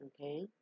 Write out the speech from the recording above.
okay